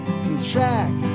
contract